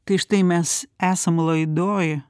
tai štai mes esam laidoj